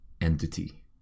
entity